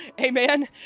Amen